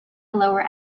lower